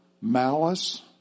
malice